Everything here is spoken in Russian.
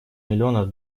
миллионов